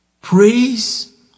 Praise